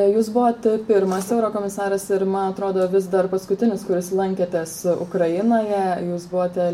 jūs buvote pirmas eurokomisaras ir man atrodo vis dar paskutinis kuris lankėtės ukrainoje jūs buvote